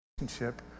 relationship